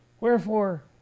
Wherefore